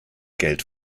geld